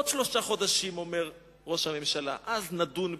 עוד שלושה חודשים, אומר ראש הממשלה, אז נדון בזה.